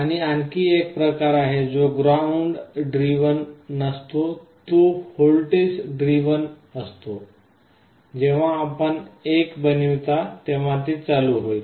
आणि आणखी एक प्रकार आहे जो ग्राउंड ड्रिव्हन नसतो तो व्होल्टेज ड्रिव्हन असतो जेव्हा आपण 1 बनवतो तेव्हा ते चालू होईल